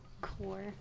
core